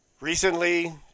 recently